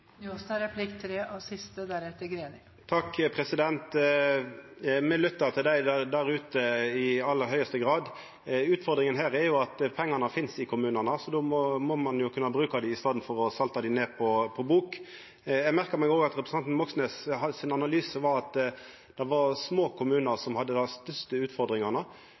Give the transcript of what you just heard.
til dei der ute. Utfordringa her er at pengane finst i kommunane, så då må ein jo kunna bruka dei i staden for å salta dei ned på bok. Eg merka meg òg at representanten Moxnes sin analyse var at det var små kommunar som hadde dei største utfordringane.